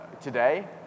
today